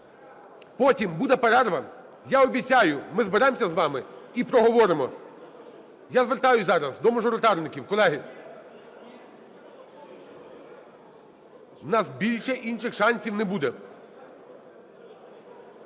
Потім буде перерва, я обіцяю, ми зберемося з вами і проговоримо. Я звертаюсь зараз до мажоритарників. Колеги, в нас більше інших шансів не буде.